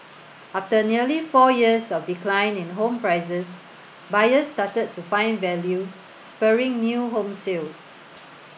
after nearly four years of decline in home prices buyers started to find value spurring new home sales